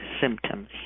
symptoms